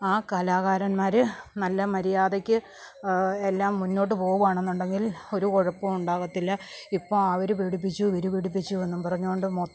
ആ കലാകാരന്മാർ നല്ല മര്യാദക്ക് എല്ലാം മുന്നോട്ട് പോകുകയാണ് എന്നുണ്ടെങ്കിൽ ഒരു കുഴപ്പവും ഉണ്ടാകത്തില്ല ഇപ്പോൾ അവർ പീഡിപ്പിച്ചു ഇവർ പീഡിപ്പിച്ചു എന്നും പറഞ്ഞുകൊണ്ട്